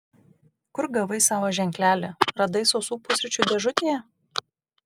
kur gavai savo ženklelį radai sausų pusryčių dėžutėje